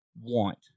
want